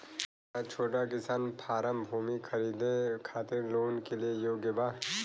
का छोटा किसान फारम भूमि खरीदे खातिर लोन के लिए योग्य बा?